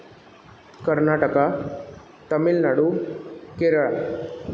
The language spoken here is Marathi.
कर्नाटका तमिलनाडू केरळ